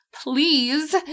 please